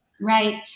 Right